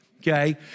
Okay